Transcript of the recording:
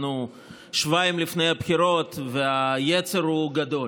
אנחנו שבועיים לפני הבחירות והיצר הוא גדול.